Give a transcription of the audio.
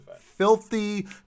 filthy